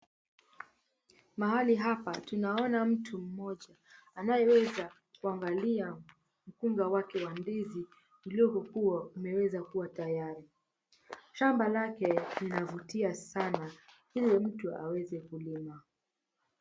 Mahali hapa tunaona mtu mmoja anayeweza kuangalia mkunga wake wa ndizi, uliyoweza kuwa tayari shamba lake lina vutia sana ili mtu aweze kulima.